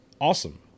awesome